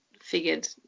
figured